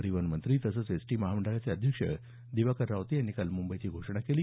परिवहन मंत्री तसंच एसटी महामंडळाचे अध्यक्ष दिवाकर रावते यांनी काल मुंबईत ही घोषणा केली